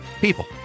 people